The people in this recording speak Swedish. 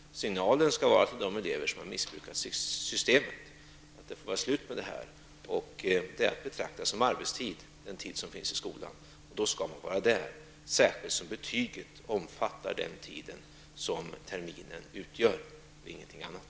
Signalerna skall vara till de elever som missbrukar systemet att det får vara slut med det här. Den tid som man vistas i skolan skall betraktas som arbetstid. Då skall man också vara i skolan, särskilt som betyget omfattar den tid som terminen utgör, ingenting annat.